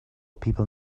people